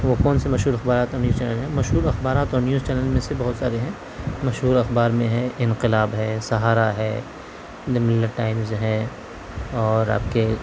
وہ کون سے مشہور اخبارات اور نیوز چینل ہیں مشہور اخبارات اور نیوز چینل میں سے بہت سارے ہیں مشہور اخبار میں ہے انقلاب ہے سہارا ہے دا ملت ٹائمز ہے اور آپ کے